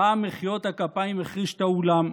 רעם מחיאות הכפיים החריש את האולם.